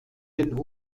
den